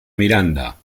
miranda